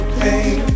pain